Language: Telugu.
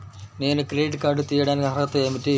నేను క్రెడిట్ కార్డు తీయడానికి అర్హత ఏమిటి?